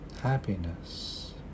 happiness